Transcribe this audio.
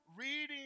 reading